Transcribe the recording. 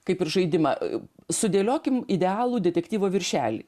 kaip ir žaidimą a u sudėliokim idealų detektyvo viršelį